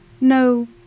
no